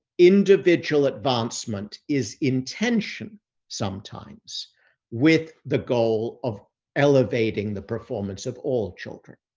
individual advancement is intention sometimes with the goal of elevating the performance of all children.